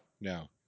no